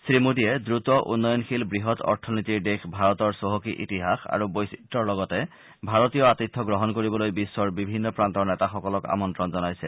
শ্ৰীমোডীয়ে দ্ৰুত উন্নয়নশীল বৃহৎ অথনীতিৰ দেশ ভাৰতৰ চহকী ইতিহাস আৰু বৈচিত্ৰতাৰ লগতে ভাৰতীয় আতিথ্য গ্ৰহণ কৰিবলৈ বিশ্বৰ বিভিন্ন প্ৰান্তৰ নেতাসকলক আমন্তণ জনাইছে